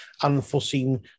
Unforeseen